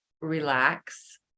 relax